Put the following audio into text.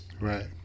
Right